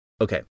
Okay